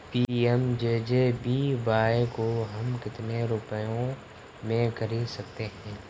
PMJJBY को हम कितने रुपयों में खरीद सकते हैं?